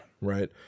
Right